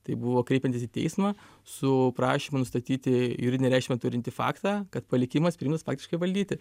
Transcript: tai buvo kreipiantis į teismą su prašymu nustatyti juridinę reikšmę turintį faktą kad palikimas priimtas faktiškai valdyti